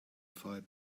fight